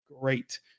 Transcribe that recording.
great